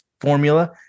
formula